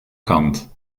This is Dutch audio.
kant